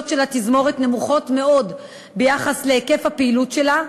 של התזמורת נמוכות מאוד ביחס להיקף הפעילות שלה.